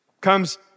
comes